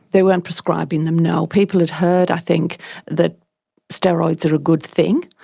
they weren't prescribing them, no. people had heard i think that steroids are a good thing,